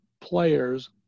players